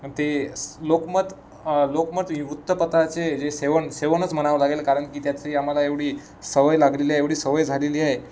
अन ते स लोकमत लोकमत वृत्तपतााचे जे सेवन सेवनच म्हणावं लागेल कारण की त्यात्री आम्हाला एवढी सवय लागलेली आहे एवढी सवय झालेली आहे